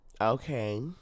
Okay